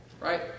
Right